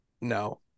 No